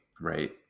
Right